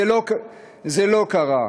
זה לא קרה.